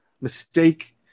mistake